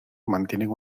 mantienen